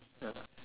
ya